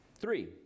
Three